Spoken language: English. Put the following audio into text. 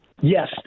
Yes